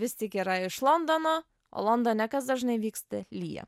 vis tik yra iš londono o londone kas dažnai vyksta lyja